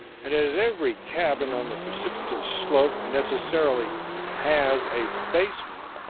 and as every cabin on the precipitous slope necessarily has a basement,